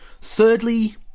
Thirdly